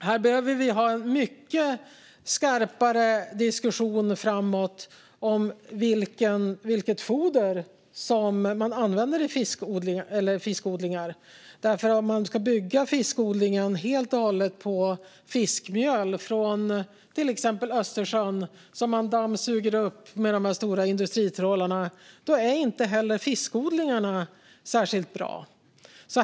Här behöver vi ha en mycket skarpare diskussion framåt om vilket foder som man använder i fiskodlingar. Om fiskodling ska bygga helt och hållet på fiskmjöl från till exempel Östersjön, från fisk som man dammsuger upp med de stora industritrålarna, är inte heller fiskodlingar särskilt bra.